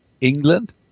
England